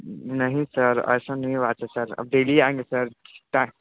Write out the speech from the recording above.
नहीं सर ऐसा नहीं बात है सर अब डेली टाइम पर आएँगे सर डन